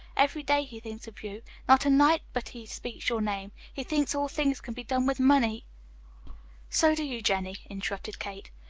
every day he thinks of you not a night but he speaks your name. he thinks all things can be done with money so do you, jennie, interrupted kate.